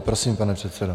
Prosím, pane předsedo.